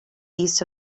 east